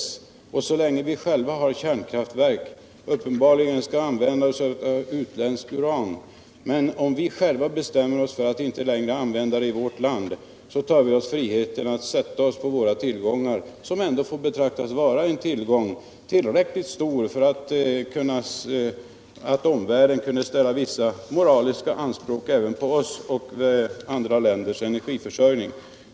Så länge vi själva har kärnkraftverk skall vi uppenbarligen använda oss av utländskt uran, men om vi bestämmer oss för att inte längre använda kärnkraft i vårt land tar vi oss friheten att sätta oss på våra tillgångar — det får ändå betraktas vara en tillgång, tillräckligt stor för att omvärlden skulle kunna ställa vissa moraliska anspråk på oss när det gäller andra länders energiförsörjning.